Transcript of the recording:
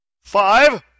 Five